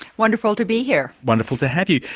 wonderful to be here. wonderful to have you.